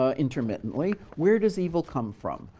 ah intermittently. where does evil come from?